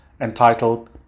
entitled